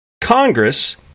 Congress